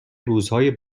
روزهای